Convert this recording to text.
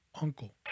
uncle